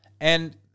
And-